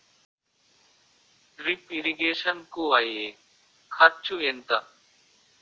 Drip irrigation కూ అయ్యే ఖర్చు ఎంత?